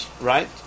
right